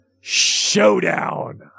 showdown